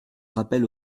rappel